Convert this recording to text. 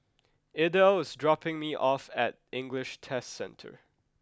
Idell is dropping me off at English Test Centre